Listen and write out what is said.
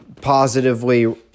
positively